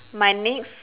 my next